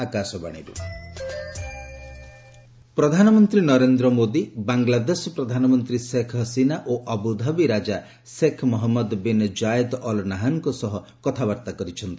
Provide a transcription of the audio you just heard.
PM କଥାବାର୍ତ୍ତା ପ୍ରଧାନମନ୍ତ୍ରୀ ନରେନ୍ଦ୍ର ମୋଦୀ ବାଂଲାଦେଶ ପ୍ରଧାନମନ୍ତ୍ରୀ ଶେଖ୍ ହସିନା ଓ ଆବୁଧାବି ରାଜା Sheikh Mohammed bin Zayed Al ନାହାନ୍ଙ୍କ ସହ କଥାବାର୍ତ୍ତା କରିଛନ୍ତି